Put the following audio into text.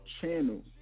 channel